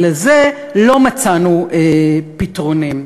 לזה לא מצאנו פתרונים.